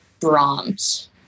Brahms